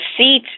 seat